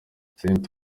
cent